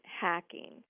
hacking